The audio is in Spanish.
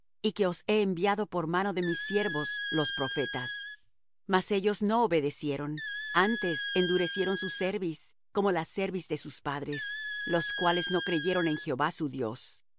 y que os he enviado por mano de mis siervos los profetas mas ellos no obedecieron antes endurecieron su cerviz como la cerviz de sus padres los cuales no creyeron en jehová su dios